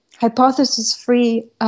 hypothesis-free